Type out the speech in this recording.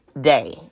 day